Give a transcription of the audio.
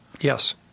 Yes